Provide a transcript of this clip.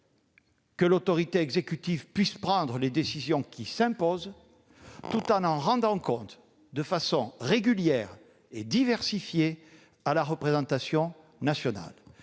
que l'autorité exécutive puisse prendre les décisions qui s'imposent, tout en en rendant compte de façon régulière et diversifiée à la représentation nationale.